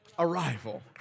Arrival